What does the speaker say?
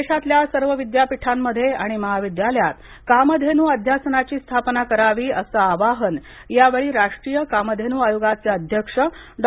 देशातल्या सर्व विद्यापीठांमध्ये आणि महाविद्यालयांत कामधेनु अध्यासनाची स्थापना करावी असं आवाहन यावेळी राष्ट्रीय कामधेनु आयोगाचे अध्यक्ष डॉ